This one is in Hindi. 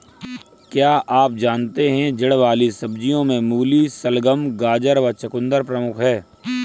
क्या आप जानते है जड़ वाली सब्जियों में मूली, शलगम, गाजर व चकुंदर प्रमुख है?